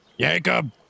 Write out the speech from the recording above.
Jacob